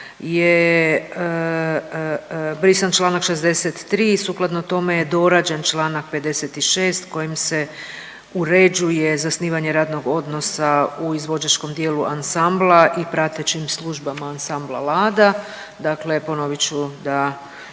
je brisan čl. 63., sukladno tome je dorađen čl. 56. kojim se uređuje zasnivanje radnog odnosa u izvođačkom dijelu ansambla i pratećim službama ansambla „Lada“, dakle ponovit ću da